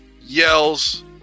yells